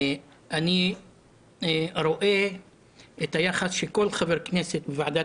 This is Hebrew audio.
אני רואה את היחס שכל חבר כנסת בוועדת